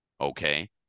okay